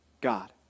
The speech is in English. God